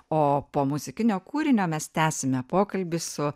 o po muzikinio kūrinio mes tęsime pokalbį su